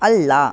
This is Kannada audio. ಅಲ್ಲ